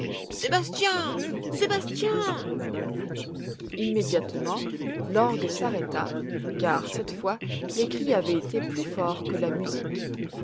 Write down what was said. sébastien sébastien immédiatement l'orgue s'arrêta car cette fois les cris avaient été plus forts que la musique